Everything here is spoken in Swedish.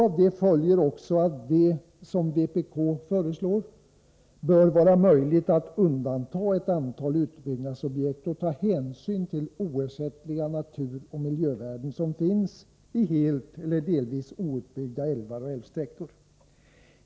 Av detta följer också att det — som vpk föreslår — bör vara möjligt att undanta ett antal utbyggnadsobjekt och ta hänsyn till oersättliga naturoch miljövärden som finns i helt eller delvis outbyggda älvar och älvsträckor.